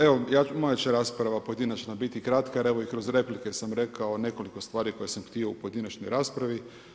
Evo, moja će rasprava pojedinačna biti kratka jer evo i kroz replike sam rekao nekoliko stvari koje sam htio u pojedinačnoj raspravi.